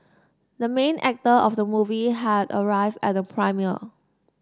the main actor of the movie had arrived at the premiere